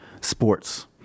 sports